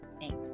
Thanks